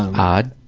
odd.